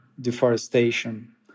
deforestation